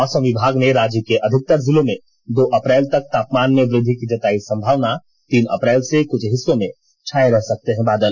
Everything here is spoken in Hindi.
मौसम विभाग ने राज्य के अधिकतर जिलों में दो अप्रैल तक तापमान में वृद्धि की जताई संभावना तीन अप्रैल से कुछ हिस्सों में छाये रह सकते हैं बादल